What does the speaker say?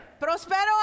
Prospero